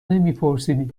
نمیپرسیدی